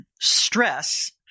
stress